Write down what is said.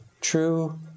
true